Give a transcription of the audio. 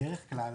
בדרך כלל